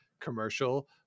commercial